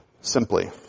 simply